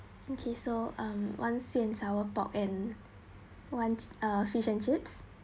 okay so um one sweet and sour pork and once ah fish and chips